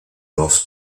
dos